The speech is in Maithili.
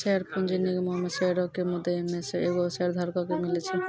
शेयर पूंजी निगमो मे शेयरो के मुद्दइ मे से एगो शेयरधारको के मिले छै